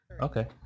okay